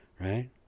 Right